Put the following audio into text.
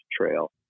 trail